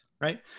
right